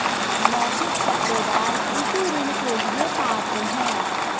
मौखिक पट्टेदार कृषि ऋण के लिए पात्र हैं